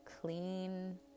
clean